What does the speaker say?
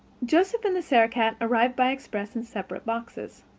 joseph and the sarah-cat arrived by express in separate boxes.